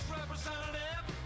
representative